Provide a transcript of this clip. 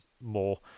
more